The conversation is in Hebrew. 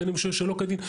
בין אם שוהה שלא כדין,